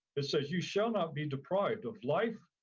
it says, you shall not be deprived of life,